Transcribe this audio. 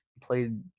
played